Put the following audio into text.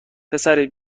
پسر